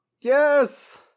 Yes